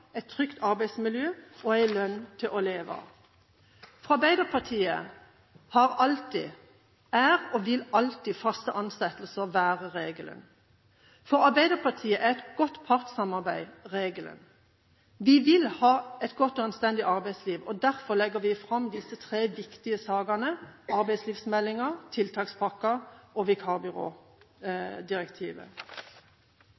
et trygt arbeidsmiljø og en lønn som er til å leve av. For Arbeiderpartiet har alltid – og vil alltid – faste ansettelser være regelen. For Arbeiderpartiet er et godt partssamarbeid regelen. Vi vil ha et godt og anstendig arbeidsliv, og derfor legger vi fram disse tre viktige sakene: Arbeidslivsmeldingen, tiltakspakken og